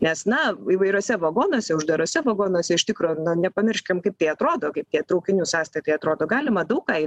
nes na įvairiuose vagonuose uždaruose vagonuose iš tikro nepamirškim kaip tai atrodo kaip tie traukinių sąstatai atrodo galima daug ką